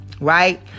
right